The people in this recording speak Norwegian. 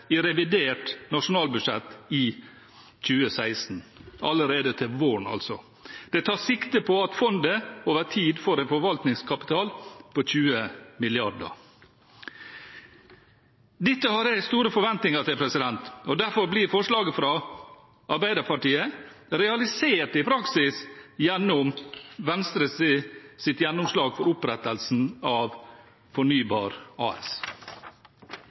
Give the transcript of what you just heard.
i revidert nasjonalbudsjett 2016.» – altså allerede til våren – «Det tas sikte på at fondet over tid får en forvaltningskapital på 20 mrd. kroner.» Dette har jeg store forventninger til. Og derfor blir forslaget fra Arbeiderpartiet i praksis realisert gjennom Venstres gjennomslag for opprettelsen av Fornybar AS.